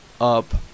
up